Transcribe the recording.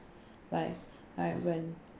like like when